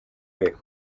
rwego